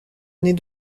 nez